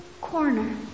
corner